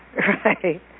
Right